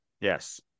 Yes